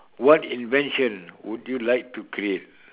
what invention would you like to create